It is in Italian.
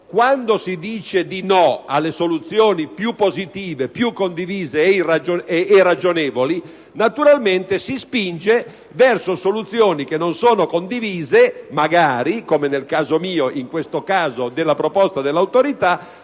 Quando si dice di no alle soluzioni più positive, più condivise e ragionevoli, naturalmente si spinge verso soluzioni che non sono condivise, magari come in questo caso della proposta dell'Autorità,